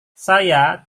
saya